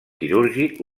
quirúrgic